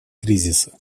кризиса